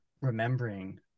remembering